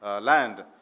land